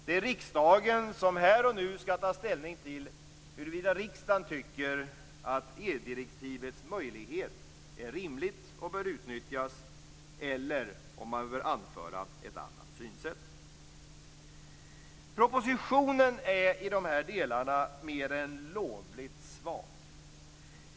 Det är riksdagen som här och nu skall ta ställning till huruvida riksdagen tycker att EU-direktivets möjlighet är rimlig och bör utnyttjas. Propositionen är i dessa delar mer än lovligt svag.